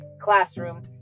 classroom